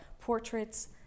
portraits